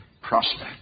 prospect